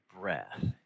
breath